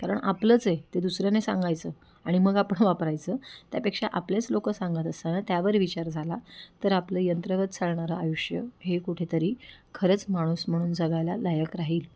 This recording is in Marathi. कारण आपलंच आहे ते दुसऱ्याने सांगायचं आणि मग आपण वापरायचं त्यापेक्षा आपलेच लोकं सांगत असताना त्यावर विचार झाला तर आपलं यंत्रगत चालणारं आयुष्य हे कुठेतरी खरंच माणूस म्हणून जगायला लायक राहील